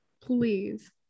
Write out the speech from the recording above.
Please